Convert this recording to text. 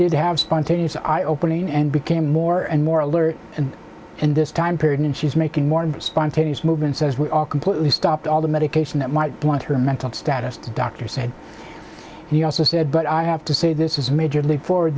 did have spontaneous eye opening and became more and more alert and in this time period and she's making more spontaneous movements as we're all completely stopped all the medication that might want her mental status to doctor said he also said but i have to say this is a major leap for